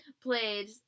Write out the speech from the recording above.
played